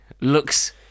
looks